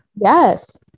Yes